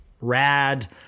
Rad